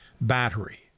battery